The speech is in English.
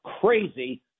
crazy